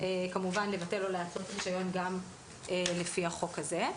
לבטל או להתלות רישיון גם לפי החוק הזה.